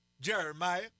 Jeremiah